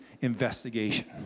investigation